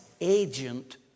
agent